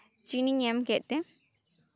ᱪᱤᱱᱤᱧ ᱮᱢ ᱠᱮᱫ ᱛᱮ